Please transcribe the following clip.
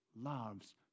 loves